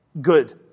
good